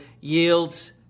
yields